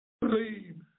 believe